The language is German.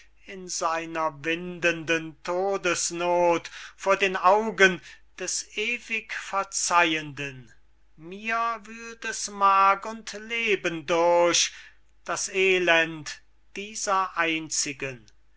in seiner windenden todesnoth vor den augen des ewig verzeihenden mir wühlt es mark und leben durch das elend dieser einzigen